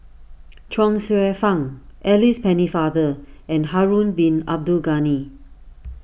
Chuang Hsueh Fang Alice Pennefather and Harun Bin Abdul Ghani